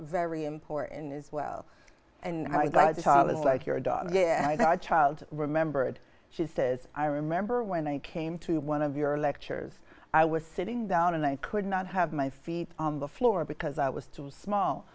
very important as well and i thought i was like your dog again i child remembered she says i remember when i came to one of your lectures i was sitting down and i could not have my feet on the floor because i was too small